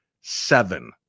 seven